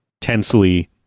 tensely